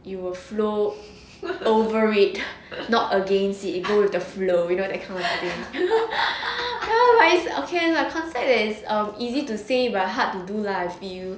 you will flow over it not against it you go with the flow you know that kind of thing ya like okay lah concept that is easy to say but hard to do lah I feel